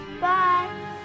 Bye